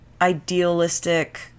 idealistic